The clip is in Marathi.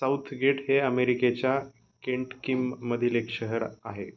साऊथगेट हे आमेरिकेच्या केंटकीम् मधील एक शहर आहे